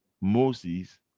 moses